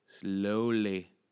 slowly